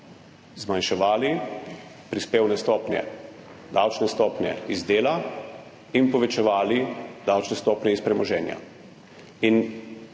zmanjševali prispevne stopnje, davčne stopnje iz dela in povečevali davčne stopnje iz premoženja. Da